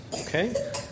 okay